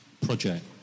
project